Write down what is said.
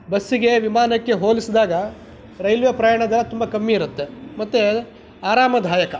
ಬಸ್ಸಿಗೆ ವಿಮಾನಕ್ಕೆ ಹೋಲಿಸಿದಾಗ ರೈಲ್ವೆ ಪ್ರಯಾಣ ದರ ತುಂಬ ಕಮ್ಮಿ ಇರುತ್ತೆ ಮತ್ತು ಆರಾಮದಾಯಕ